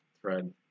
thread